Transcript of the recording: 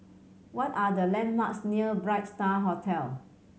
what are the landmarks near Bright Star Hotel